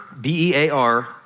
B-E-A-R